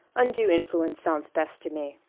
undue influence sounds best to me.